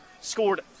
scored